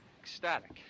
Ecstatic